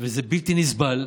וזה בלתי נסבל.